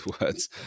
words